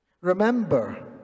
Remember